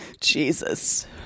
Jesus